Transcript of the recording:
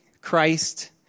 Christ